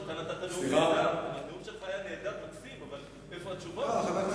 הנאום שלך היה נהדר, מקסים, אבל איפה התשובות?